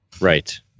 Right